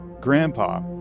Grandpa